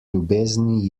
ljubezni